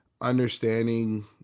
understanding